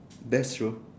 that's true